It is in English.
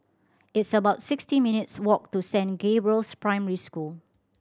it's about sixty minutes' walk to Saint Gabriel's Primary School